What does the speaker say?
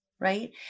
Right